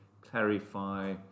clarify